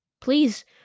Please